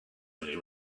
only